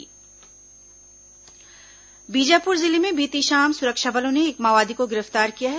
माओवादी गिरफ्तार बीजापुर जिले में बीती शाम सुरक्षा बलों ने एक माओवादी को गिरफ्तार किया है